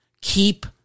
Keep